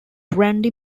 randy